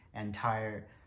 entire